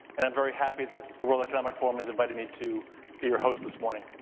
and i'm very happy that the world economic forum has invited me to be your host this morning.